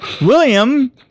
William